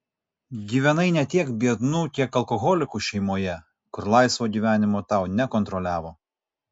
gyvenai ne tiek biednų kiek alkoholikų šeimoje kur laisvo gyvenimo tau nekontroliavo